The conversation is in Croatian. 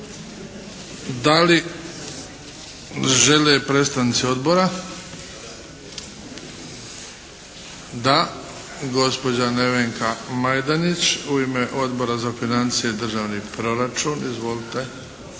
Da li žele predstavnici odbora? Da. Gospođa Nevenka Majdenić, u ime Odbora za financije i državni proračun. Izvolite.